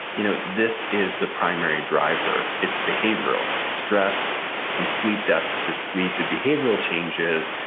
you know this is the primary driver. it's behavioral. stress and sleep deficits lead to behavioral changes,